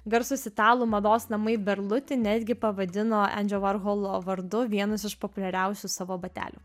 garsūs italų mados namai berluti netgi pavadino endžio vorholo vardu vienas iš populiariausių savo batelių